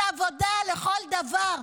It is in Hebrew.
זו עבודה לכל דבר.